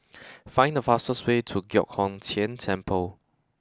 find the fastest way to Giok Hong Tian Temple